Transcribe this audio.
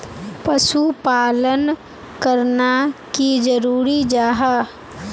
पशुपालन करना की जरूरी जाहा?